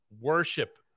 worship